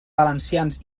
valencians